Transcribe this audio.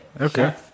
Okay